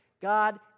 God